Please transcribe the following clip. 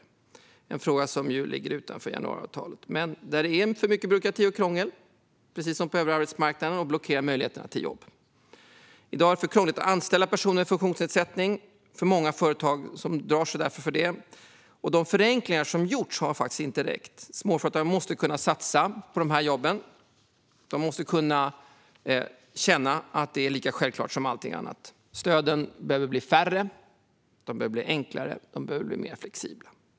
Det är en fråga som ligger utanför januariavtalet. Det är för mycket byråkrati och krångel, precis som på övriga arbetsmarknaden, som blockerar möjligheterna till jobb. I dag är det för krångligt att anställa personer med funktionsnedsättning. Många företag drar sig därför för det. De förenklingar som gjorts har faktiskt inte räckt. Småföretagare måste kunna satsa på dessa jobb. De måste kunna känna att det är lika självklart som allting annat. Stöden behöver bli färre. De behöver bli enklare. De behöver bli mer flexibla.